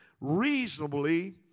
reasonably